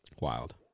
Wild